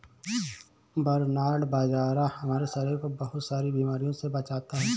barnyard बाजरा हमारे शरीर को बहुत सारी बीमारियों से बचाता है